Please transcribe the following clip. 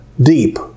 deep